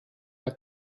der